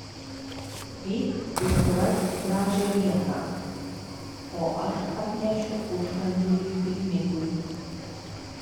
eik ir surask gražią vietą o aš atnešiu užkandžių piknikui